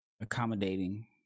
accommodating